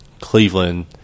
Cleveland